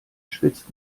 schwitzt